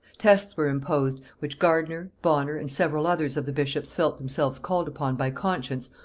tests were imposed, which gardiner, bonner, and several others of the bishops felt themselves called upon by conscience,